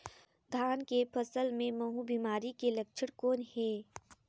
धान के फसल मे महू बिमारी के लक्षण कौन हे?